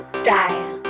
style